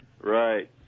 Right